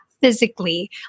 physically